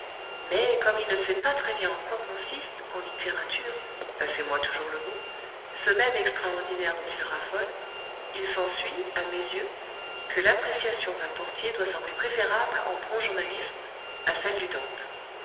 mais comme il ne sait pas très bien en quoi consiste en littérature passez-moi toujours le mot ce même extraordinaire dont il raffole il s'ensuit à mes yeux que l'appréciation d'un portier doit sembler préférable en bon journalisme à celle du dante